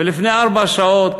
ולפני ארבע שעות